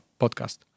podcast